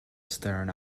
stern